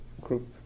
group